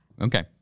okay